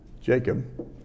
Jacob